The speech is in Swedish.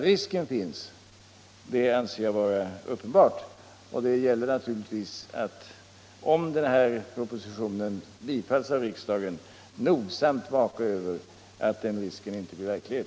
Jag anser dock att risken uppenbart finns, och om denna proposition bifalles av riksdagen gäller det att nogsamt vaka över att den risken inte blir verklighet.